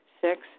Six